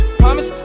promise